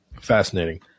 fascinating